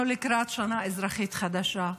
אנחנו לקראת שנה אזרחית חדשה.